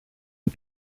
του